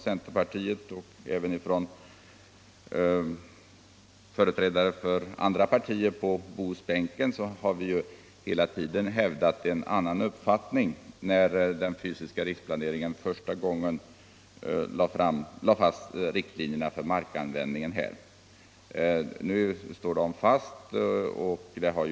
Centerpartiet och även företrädare för andra partier på Bohusbänken har ända sedan den fysiska riksplaneringen första gången lade fast riktlinjerna för markanvändningen i detta område hävdat att ett industriområde skulle få etableras.